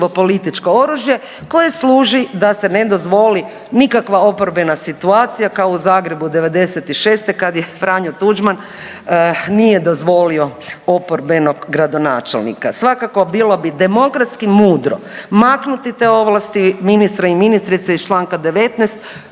političko oružje koje služi da se ne dozvoli nikakva oporbena situacija kao u Zagrebu '96. kad je Franjo Tuđman nije dozvolio oporbenog gradonačelnika. Svakako bilo bi demokratski mudro maknuti te ovlasti ministra i ministrice iz čl. 19.